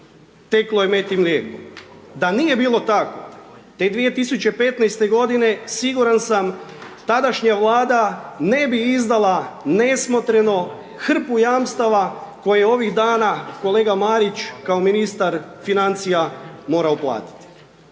teklo je med i mlijeko. Da nije bilo tako, te 2015.-te godine siguran sam, tadašnja Vlada ne bi izdala nesmotreno hrpu jamstava koje ovih dana kolega Marić, kao ministar financija, mora uplatiti.